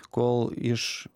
kol iš